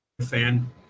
fan